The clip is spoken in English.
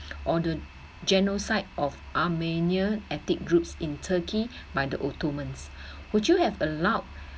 or the genocide of armenia ethnic groups in turkey by the ottoman would you have allowed